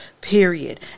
Period